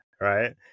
right